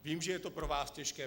Vím, že je to pro vás těžké.